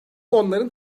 onların